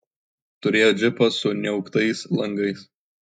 turėjo džipą su niauktais langais